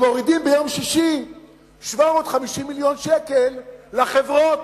גם מורידים ביום שישי 750 מיליון שקל לחברות.